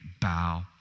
bow